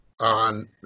on